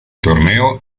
torneo